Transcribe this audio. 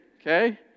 okay